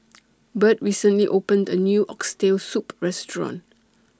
Birt recently opened A New Oxtail Soup Restaurant